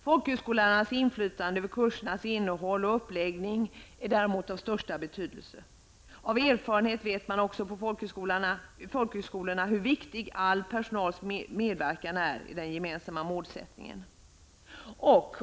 Folkhögskolelärarnas inflytande över kursernas innehåll och uppläggning är däremot av största betydelse. Av erfarenhet vet man på folkhögskolorna hur viktig all personals medverkan är i den gemensamma målsättningen.